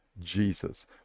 Jesus